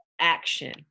action